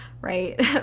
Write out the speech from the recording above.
Right